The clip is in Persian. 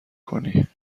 کنی